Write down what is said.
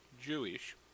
Jewish